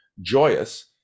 joyous